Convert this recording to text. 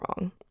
wrong